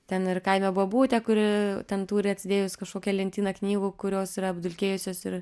ten ir kaime bobutė kuri ten turi atsidėjus kažkokią lentyną knygų kurios yra apdulkėjusios ir